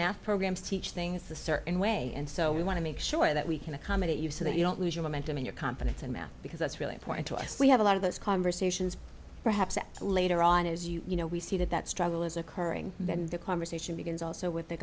math programs teach things a certain way and so we want to make sure that we can accommodate you so that you don't lose your momentum in your confidence in math because that's really important to us we have a lot of those conversations perhaps at a later on as you know we see that that struggle is occurring and the conversation begins also with the